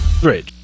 Great